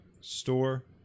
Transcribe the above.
store